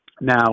Now